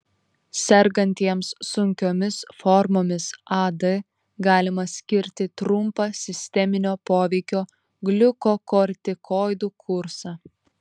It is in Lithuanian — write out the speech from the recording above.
sergantiems sunkiomis formomis ad galima skirti trumpą sisteminio poveikio gliukokortikoidų kursą